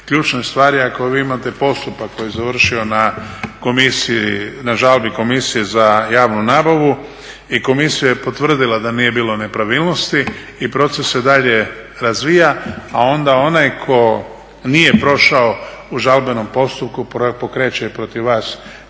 ključna stvar je ako vi imate postupak koji je završio na Komisiji, na žalbi Komisije za javnu nabavu i Komisija je potvrdila da nije bilo nepravilnosti i proces se dalje razvija, a onda onaj tko nije prošao u žalbenom postupku pokreće i protiv vas kaznenu